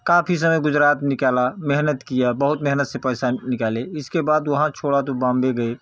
काफ़ी समय गुजरात निकाला मेहनत किया बहुत मेहनत से पैसा निकाले इसके बाद वहाँ छोड़ा तो बॉम्बे गए